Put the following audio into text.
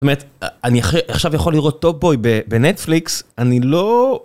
זאת אומרת, אני עכשיו יכול לראות טופ בוי בנטפליקס, אני לא...